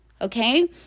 okay